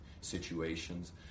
situations